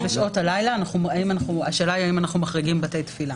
השאלה היא האם אנחנו מחריגים בתי תפילה